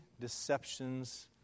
deceptions